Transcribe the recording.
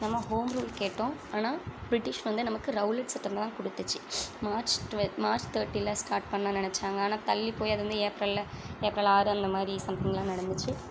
நம்ம home rule கேட்டோம் ஆனால் ப்ரிட்டிஷ் வந்து நமக்கு ரௌலட் சட்டம் தான் கொடுத்துச்சி மார்ச் டுவெல்த் மார்ச் தேர்ட்டில ஸ்டார்ட் பண்ண நினச்சாங்க ஆனால் தள்ளிப் போய் அது வந்து ஏப்ரல்ல ஏப்ரல் ஆறு அந்த மாதிரி சம்திங்ல நடந்துச்சு